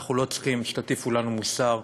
אנחנו לא צריכים שתטיפו לנו מוסר.